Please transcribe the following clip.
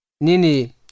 nini